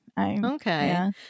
Okay